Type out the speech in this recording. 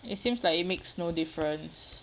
it seems like it makes no difference